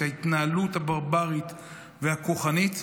את ההתנהלות הברברית והכוחנית.